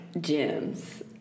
gems